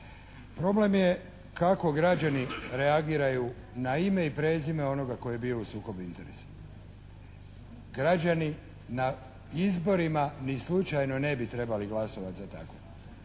Problem je kako građani reagiraju na ime i prezime onoga tko je bio u sukobu interesa. Građani na izborima ni slučajno ne bi trebali glasovat za takvo.